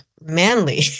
manly